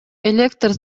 электр